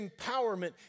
empowerment